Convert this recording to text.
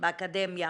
באקדמיה,